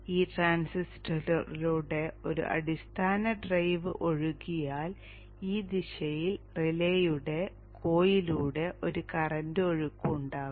ഈ ട്രാൻസിസ്റ്ററിലൂടെ ഒരു അടിസ്ഥാന ഡ്രൈവ് ഒഴുകിയാൽ ഈ ദിശയിൽ റിലേയുടെ കോയിലിലൂടെ ഒരു കറന്റ് ഒഴുക്ക് ഉണ്ടാകും